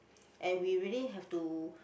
and we really have to